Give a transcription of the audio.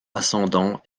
ascendant